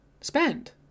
spend